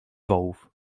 wołów